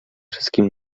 wszystkim